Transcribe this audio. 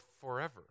forever